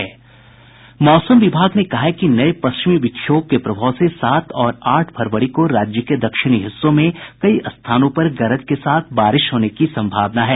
मौसम विभाग ने कहा है कि नये पश्चिमी विक्षोभ के प्रभाव से सात और आठ फरवरी को राज्य के दक्षिणी हिस्से में कई स्थानों पर गरज के साथ बारिश होने की संभावना है